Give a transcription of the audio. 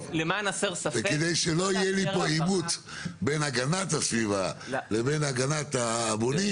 כדי שלא יהיה לי פה עימות בין הגנת הסביבה לבין הגנת הבונים,